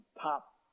top